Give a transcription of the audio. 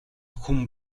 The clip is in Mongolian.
хүн